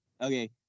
Okay